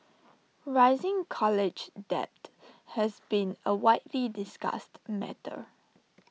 rising college debt has been A widely discussed matter